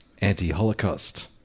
anti-Holocaust